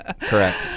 correct